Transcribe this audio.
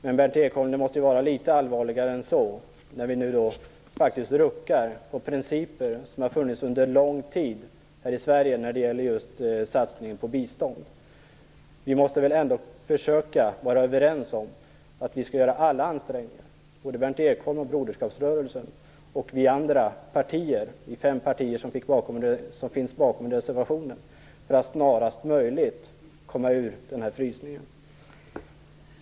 Men, Berndt Ekholm, det måste ju vara litet allvarligare än så, när vi nu faktiskt ruckar på principer som har funnits under lång tid här i Sverige när det gäller just satsningen på bistånd. Vi måste väl ändå försöka att vara överens om att vi skall göra alla ansträngningar, såväl Berndt Ekholm och Broderskapsrörelsen som vi i de fem partier som står bakom reservationen, för att snarast möjligt komma ifrån den här frysningen.